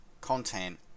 content